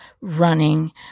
running